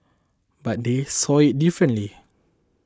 but they saw it differently